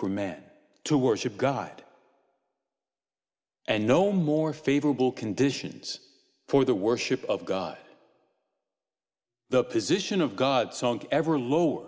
for man to worship god and no more favorable conditions for the worship of god the position of god song ever lower